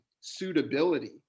suitability